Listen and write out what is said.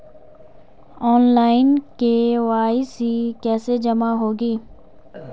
Online KYC कैसे जमा होगी?